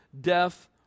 death